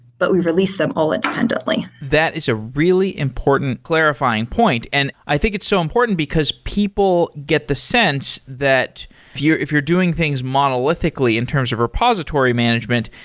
but we release them all independently that is a really important clarifying point, and i think it's so important because people get the sense that if you're if you're doing things monolithically in terms of repository management,